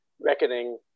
reckoning